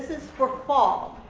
is for fall.